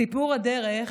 סיפור הדרך